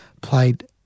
played